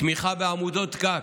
תמיכה בעמותות גג,